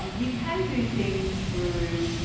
you can do things through